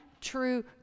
true